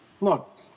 look